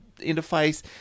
interface